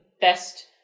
best